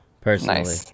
personally